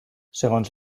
segons